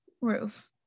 roof